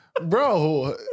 bro